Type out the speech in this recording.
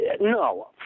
No